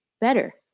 better